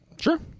Sure